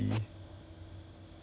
ya